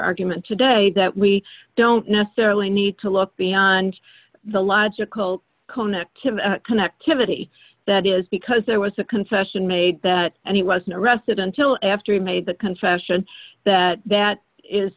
argument today that we don't necessarily need to look beyond the logical connectives connectivity that is because there was a concession made that he wasn't arrested until after he made the confession that that is